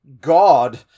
God